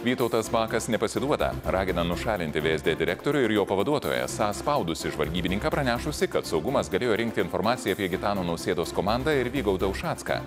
vytautas bakas nepasiduoda ragina nušalinti vsd direktorių ir jo pavaduotoją esą spaudusį žvalgybininką pranešusį kad saugumas galėjo rinkti informaciją apie gitano nausėdos komandą ir vygaudą ušacką